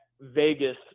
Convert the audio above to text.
Vegas